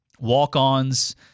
walk-ons